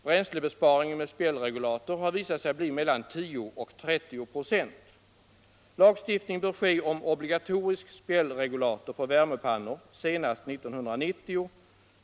Bränsleinbesparing med spjällregulator har visat sig bli mellan 10 och 30 96. — Lagstiftning bör ske om obligatorisk spjällregulator för värmepannor senast 1990.